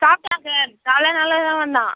சாப்பிட்டான் சார் காலைல நல்லாதான் வந்தான்